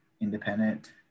independent